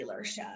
dealership